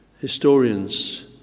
historians